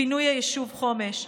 פינוי היישוב חומש.